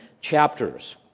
chapters